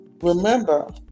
remember